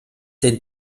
den